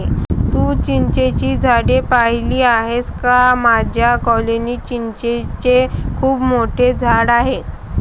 तू चिंचेची झाडे पाहिली आहेस का माझ्या कॉलनीत चिंचेचे खूप मोठे झाड आहे